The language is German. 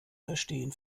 verstehen